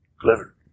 Clever